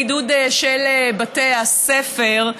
בעידוד של בתי הספר,